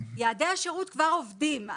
יעדי השירות כבר עובדים.